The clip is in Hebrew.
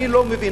אני לא מבין.